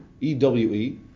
E-W-E